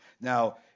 Now